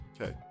Okay